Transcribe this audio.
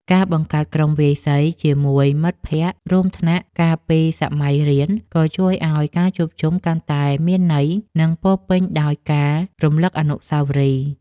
ការបង្កើតក្រុមវាយសីជាមួយមិត្តភក្តិរួមថ្នាក់កាលពីសម័យរៀនក៏ជួយឱ្យការជួបជុំកាន់តែមានន័យ និងពោរពេញដោយការរំលឹកអនុស្សាវរីយ៍។